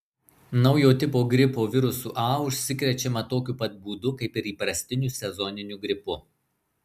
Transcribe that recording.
naujo tipo gripo virusu a užsikrečiama tokiu pat būdu kaip ir įprastiniu sezoniniu gripu